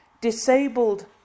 disabled